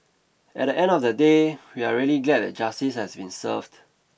at the end of the day we are really glad that justice has been served